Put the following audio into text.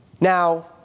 Now